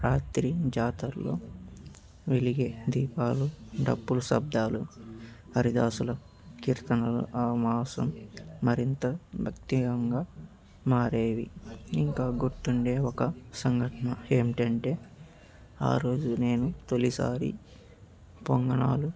రాత్రి జాతరలో వెలిగే దీపాలు డప్పులు శబ్దాలు హరిదాసులు కీర్తనలు ఆ మాసం మరింత భ్యక్తిపరంగా మారేవి ఇంకా గుర్తుండే ఒక సంఘటన ఏమిటంటే ఆరోజు నేను తొలిసారి పొంగణాలు